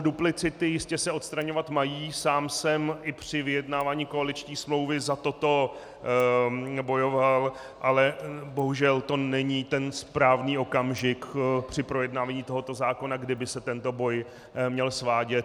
Duplicity se jistě odstraňovat mají, sám jsem i při vyjednávání koaliční smlouvy za toto bojoval, ale bohužel to není ten správný okamžik při projednávání tohoto zákona, kdy by se tento boj měl svádět.